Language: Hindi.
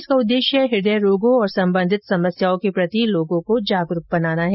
इसका उद्देश्य हृदय रोगों और संबंधित समस्याओं के प्रति लोगों को जागरूक बनाना है